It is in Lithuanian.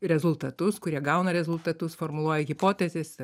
rezultatus kurie gauna rezultatus formuluoja hipotezes